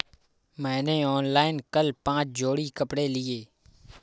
मैंने ऑनलाइन कल पांच जोड़ी कपड़े लिए